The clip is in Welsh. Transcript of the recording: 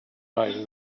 ail